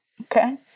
okay